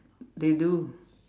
they do